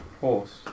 horse